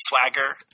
Swagger